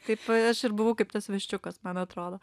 kaip aš ir buvau kaip tas viščiukas man atrodo